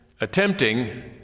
attempting